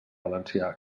valencià